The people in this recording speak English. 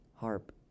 harp